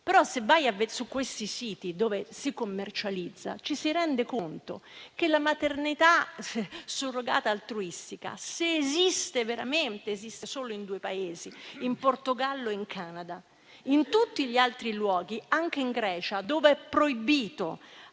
però a vedere i siti dove si commercializza, ci si rende conto che la maternità surrogata altruistica, se esiste veramente, esiste solo in due Paesi, in Portogallo e in Canada. In tutti gli altri luoghi, anche in Grecia, dove è proibito